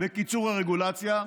ובקיצור הרגולציה,